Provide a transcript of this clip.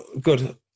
good